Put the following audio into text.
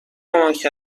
کمک